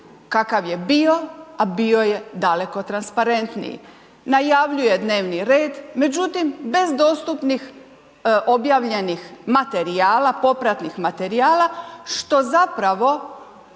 kakav je bio, a bio je daleko transparentniji, najavljuje dnevni red, međutim, bez dostupnih objavljenih materijala, popratnih materijala, što zapravo